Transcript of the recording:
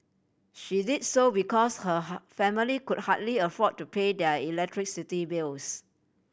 she did so because her family could hardly afford to pay their electricity bills